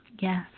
Yes